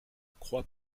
croix